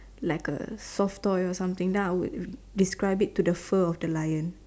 like a soft toy or something then I would describe to something like the fur of a lion